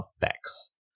effects